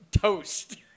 toast